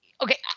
okay